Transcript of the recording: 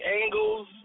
angles